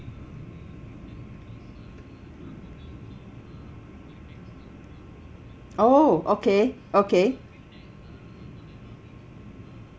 oh okay okay